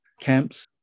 camps